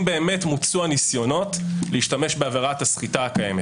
באמת מוצו הניסיונות להשתמש בעבירת הסחיטה הקיימת